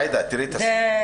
עאידה, תראי את הסעיף.